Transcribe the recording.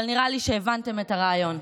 אבל נראה לי שהבנתם את הרעיון.